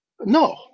No